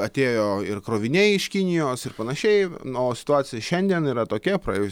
atėjo ir kroviniai iš kinijos ir panašiai na o situacija šiandien yra tokia praėjus